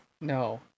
No